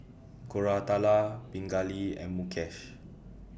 Koratala Pingali and Mukesh